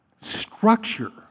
structure